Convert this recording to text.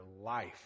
life